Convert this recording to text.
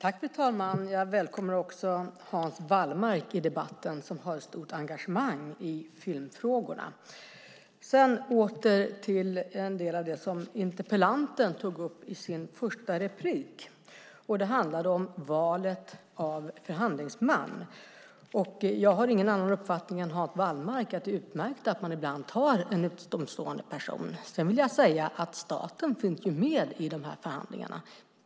Fru talman! Jag välkomnar Hans Wallmark till debatten. Han har ett stort engagemang i filmfrågorna. Interpellanten tog i sitt första inlägg upp valet av förhandlingsman. Jag har ingen annan uppfattning än Hans Wallmark. Det är utmärkt att man ibland tar en utomstående person. Sedan vill jag säga att staten finns med i förhandlingarna.